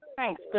Thanks